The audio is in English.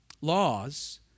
Laws